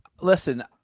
Listen